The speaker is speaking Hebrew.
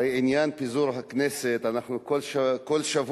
הרי עניין פיזור הכנסת, כל שבוע